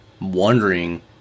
wondering